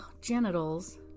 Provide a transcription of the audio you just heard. genitals